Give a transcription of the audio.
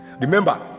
Remember